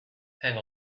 hang